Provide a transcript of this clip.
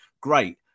great